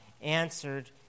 answered